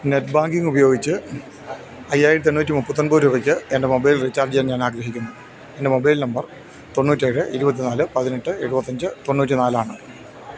net banking ഉപയോഗിച്ച് അയ്യായിരത്തി എണ്ണൂറ്റിമുപ്പത്തിയൊമ്പത് രൂപയ്ക്ക് എൻ്റെ മൊബൈൽ റീചാർജ് ചെയ്യാൻ ഞാൻ ആഗ്രഹിക്കുന്നു എൻ്റെ മൊബൈൽ നമ്പർ തൊണ്ണൂറ്റിയേഴ് ഇരുപത്തിനാല് പതിനെട്ട് എഴുപത്തിയഞ്ച് തൊണ്ണൂറ്റിനാല് ആണ്